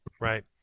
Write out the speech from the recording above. Right